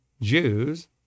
Jews